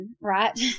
right